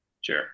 Sure